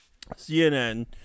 CNN